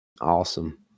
Awesome